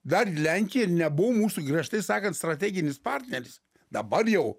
dar lenkija nebuvo mūsų griežtai sakant strateginis partneris dabar jau